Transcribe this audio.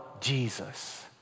Jesus